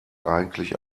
eigentlich